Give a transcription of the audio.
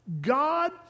God